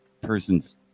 person's